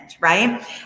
right